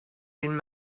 been